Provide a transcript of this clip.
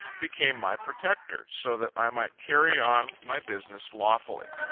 became my protector, so that i might carry on my business lawfully.